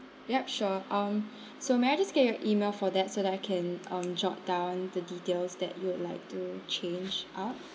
yup sure um so may I just get your email for that so that I can um jot down the details that you would like to change up